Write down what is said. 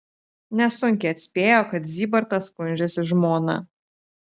nesunkiai atspėjo kad zybartas skundžiasi žmona